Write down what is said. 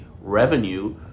revenue